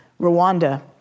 Rwanda